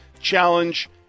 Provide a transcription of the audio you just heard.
Challenge